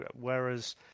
whereas